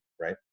Right